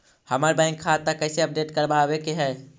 हमर बैंक खाता कैसे अपडेट करबाबे के है?